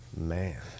Man